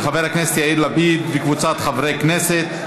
של חבר הכנסת יאיר לפיד וקבוצת חברי הכנסת.